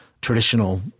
traditional